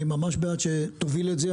אני ממש בעד שתוביל את זה,